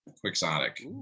Quixotic